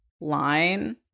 line